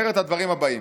אומר את הדברים הבאים: